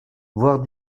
voire